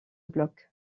bloc